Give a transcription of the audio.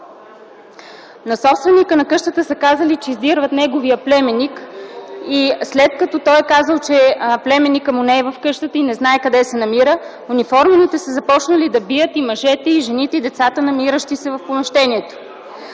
На собственика на къщата са казали, че издирват неговия племенник и след като той е казал, че племенникът му не е в къщата и не знае къде се намира, униформените са започнали да бият и мъжете, и жените, и децата, намиращи се в помещението,